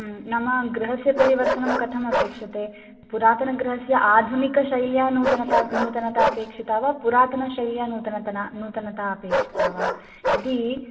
नाम गृहस्य परिवर्तनं कथमपेक्षते पुरातनगृहस्य आधुनिकशैल्यां नूतनता नूतनतापेक्षिता वा पुरातनशैल्यां नूतनतना नूतनता अपेक्षिता वा यदि